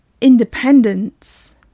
independence